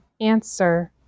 Answer